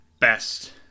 best